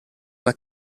alla